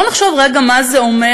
בואו נחשוב רגע מה זה אומר,